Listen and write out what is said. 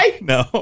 no